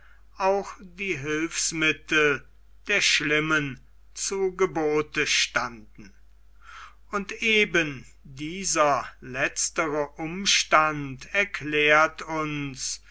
auch die hilfsmittel der schlimmen zu gebote standen und eben dieser letztere umstand erklärt uns